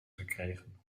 gekregen